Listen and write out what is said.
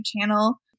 channel